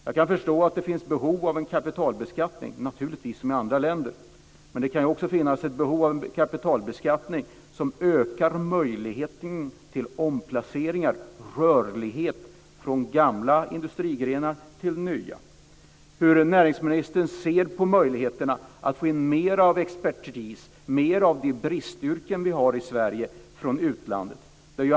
Jag kan förstå att det finns behov av en kapitalbeskattning som i andra länder, naturligtvis. Men det kan också finnas ett behov av en kapitalbeskattning som ökar möjligheten till omplaceringar och rörlighet från gamla industrigrenar till nya. Hur ser näringsministern på möjligheterna att få in mer av expertis, till de bristyrken som vi har i Sverige, från utlandet?